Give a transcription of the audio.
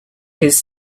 his